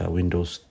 Windows